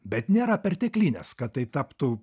bet nėra perteklinės kad tai taptų